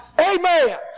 Amen